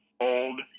old